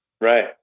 Right